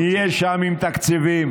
נהיה שם עם תקציבים,